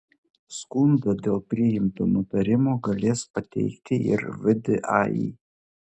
skundą dėl priimto nutarimo galės pateikti ir vdai